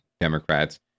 Democrats